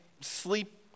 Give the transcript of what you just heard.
sleep